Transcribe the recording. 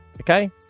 okay